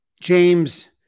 James